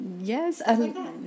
yes